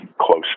close